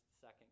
second